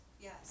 Yes